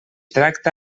tracta